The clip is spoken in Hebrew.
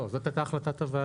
לא, זאת הייתה החלטת הוועדה.